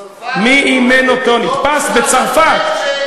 נתפס בצרפת.